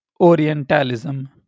Orientalism